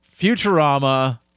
Futurama